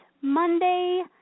monday